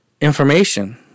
information